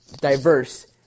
diverse